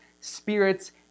spirits